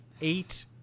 eight